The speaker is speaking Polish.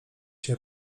się